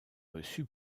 reçu